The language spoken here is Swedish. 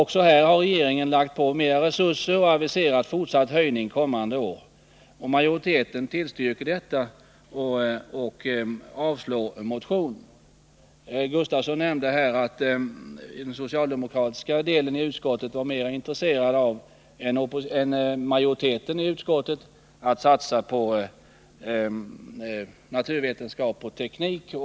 Också här har regeringen lagt på mera resurser och aviserat fortsatt höjning kommande år. Majoriteten tillstyrker detta och avvisar motionsyrkandet. Lars Gustafsson nämnde att de socialdemokratiska ledamöterna i utskottet var mer intresserade än majoriteten av att satsa på naturvetenskap och teknik.